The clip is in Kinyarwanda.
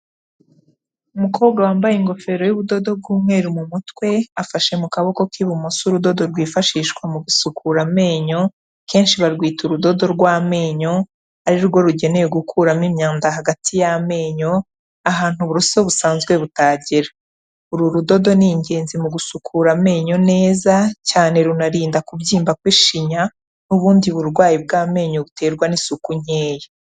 Umukobwa wambaye ingofero y'ubudodo bw'umweruru mu mutwe afashe mu kaboko k'ibumoso urudodo rwifashishwa mu gusukura amenyo akeshi barwita urudodo rw'amenyo arirwo rugenewe gukuramo imyanda hagati y'amenyo ahantu uburuso busanzwe butagera, uru rudodo ni ingenzi mu gusukura amenyo neza cyane runarinda kubyimba kw'ishinya n'ubundi burwayi bw'amenyo buterwa n'isuku nkeya.